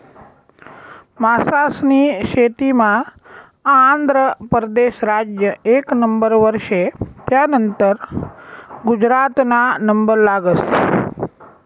मासास्नी शेतीमा आंध्र परदेस राज्य एक नंबरवर शे, त्यानंतर गुजरातना नंबर लागस